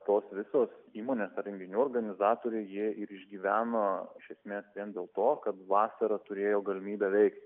tos visos įmonės ar renginių organizatoriai jie ir išgyveno iš esmės vien dėl to kad vasarą turėjo galimybę veikti